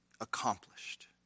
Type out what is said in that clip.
accomplished